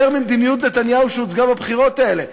ממדיניות נתניהו שהוצגה בבחירות האלה.